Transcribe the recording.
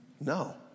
No